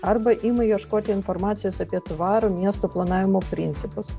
arba ima ieškoti informacijos apie tvarų miesto planavimo principus